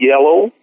yellow